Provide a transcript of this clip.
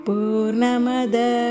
Purnamada